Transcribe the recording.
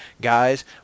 guys